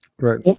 Right